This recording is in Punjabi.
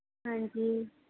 ਹਾਂਜੀ